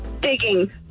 Digging